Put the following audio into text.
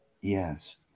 Yes